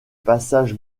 passage